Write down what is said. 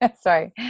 Sorry